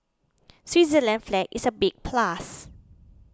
Switzerland's flag is a big plus